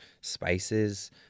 spices